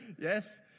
Yes